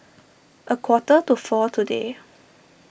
a quarter to four today